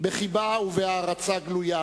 בחיבה ובהערצה גלויה